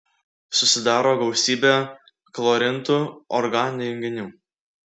susidaro gausybė chlorintų organinių junginių